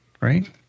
right